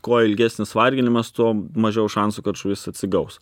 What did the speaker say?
kuo ilgesnis varginimas tuo mažiau šansų kad žuvys atsigaus